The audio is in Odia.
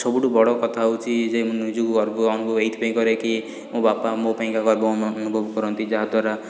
ସବୁଠୁ ବଡ଼ କଥା ହେଉଛି ଯେ ମୁଁ ନିଜକୁ ଗର୍ବ ଅନୁଭବ ଏଇଥିପାଇଁ କରେ କି ମୋ ବାପା ମୋ ପାଇଁକା ଗର୍ବ ଅନୁଭବ କରନ୍ତି ଯାହା ଦ୍ୱାରା